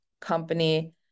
company